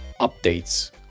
updates